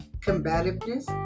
combativeness